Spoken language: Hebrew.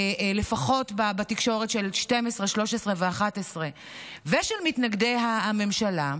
לפחות בתקשורת של 12, 13 ו-11 ושל מתנגדי הממשלה,